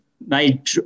made